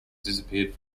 disappeared